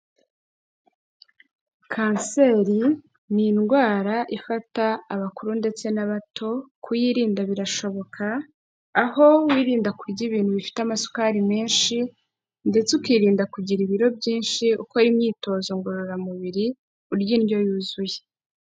Kanseri ni indwara ifata abakuru ndetse n'abato. Kuyirinda birashoboka, aho wirinda kurya ibintu bifite amasukari menshi, ndetse ukirinda kugira ibiro byinshi, ukora imyitozo ngororamubiri, urya indyo yuzuye.